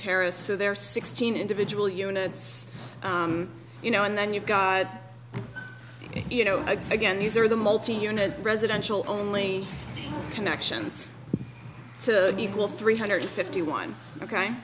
terrorists so there are sixteen individual units you know and then you've got you know again these are the multi unit residential only connections to equal three hundred fifty one ok